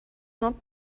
not